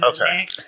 Okay